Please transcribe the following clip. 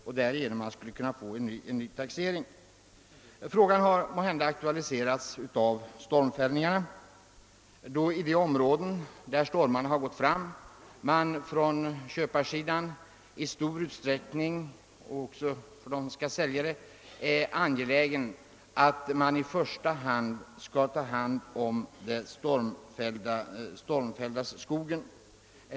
I så fall kan han få en ny taxering verkställd. Denna fråga har aktualiserats av stormfällningarna i höst. I de områden där stormarna gått fram har man från köparsidan — och även i stor utsträckning från säljarna — varit angelägen om att i första hand ta vara på den stormfällda skogen.